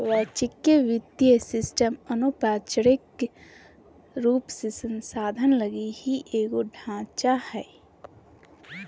वैश्विक वित्तीय सिस्टम अनौपचारिक रूप से संस्थान लगी ही एगो ढांचा हय